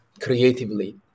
creatively